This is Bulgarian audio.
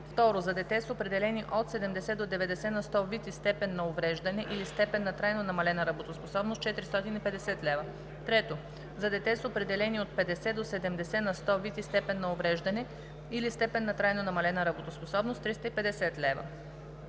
2. за дете с определени от 70 до 90 на сто вид и степен на увреждане или степен на трайно намалена работоспособност – 450 лв.; 3. за дете с определени от 50 до 70 на сто вид и степен на увреждане или степен на трайно намалена работоспособност – 350 лв.